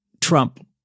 Trump